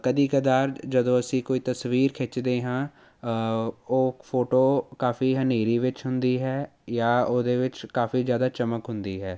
ਕਦੀ ਕਦਾਰ ਜਦੋਂ ਅਸੀਂ ਕੋਈ ਤਸਵੀਰ ਖਿੱਚਦੇ ਹਾਂ ਉਹ ਫੋਟੋ ਕਾਫੀ ਹਨੇਰੇ ਵਿੱਚ ਹੁੰਦੀ ਹੈ ਜਾਂ ਉਹਦੇ ਵਿੱਚ ਕਾਫੀ ਜ਼ਿਆਦਾ ਚਮਕ ਹੁੰਦੀ ਹੈ